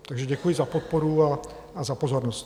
Takže děkuji za podporu a za pozornost.